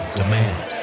demand